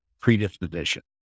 predisposition